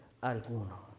alguno